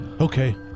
okay